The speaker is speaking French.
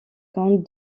compte